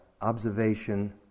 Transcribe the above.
observation